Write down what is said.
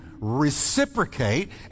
reciprocate